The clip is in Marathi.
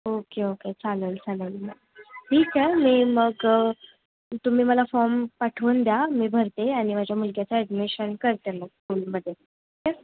ओके ओके चाललं चाललं मग ठीक आहे मी मग तुम्मी मला फॉर्म पाठवून द्या मी भरते आणि माझ्या मुलग्याचं ॲडमिशन करते मग स्कूलमध्ये ठीक आहे